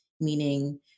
Meaning